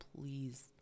please